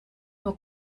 nur